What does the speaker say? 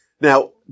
Now